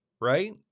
right